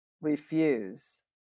refuse